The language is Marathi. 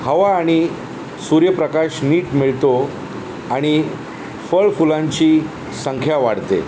हवा आणि सूर्यप्रकाश नीट मिळतो आणि फळफुलांची संख्या वाढते